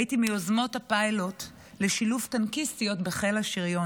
הייתי מיוזמות הפיילוט לשילוב טנקיסטיות בחיל השריון,